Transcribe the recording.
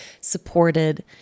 supported